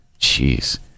Jeez